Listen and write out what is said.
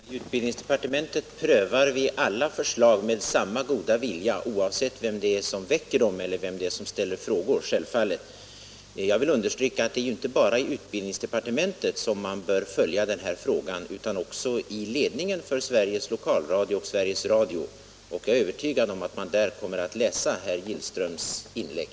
Herr talman! I utbildningsdepartementet prövar vi självfallet alla förslag med samma goda vilja oavsett vem som väcker dem eller vem som ställer frågor. Jag vill understryka att det inte bara är i utbildningsdepartementet som man bör följa denna fråga utan också i ledningen för Sveriges Lokalradio och Sveriges Radio. Jag är övertygad om att man där kommer att läsa herr Gillströms inlägg.